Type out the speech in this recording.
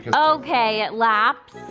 okay it laps